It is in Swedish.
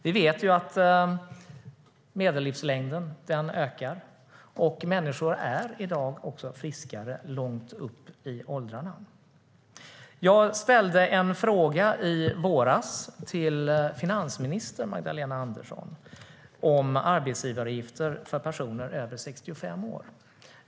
Vi vet att medellivslängden ökar, och människor är i dag också friskare långt upp i åldrarna. Jag ställde en fråga i våras till finansminister Magdalena Andersson om arbetsgivaravgifter för personer över 65 år.